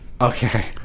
Okay